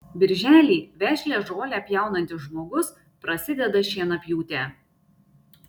birželį vešlią žolę pjaunantis žmogus prasideda šienapjūtė